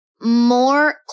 more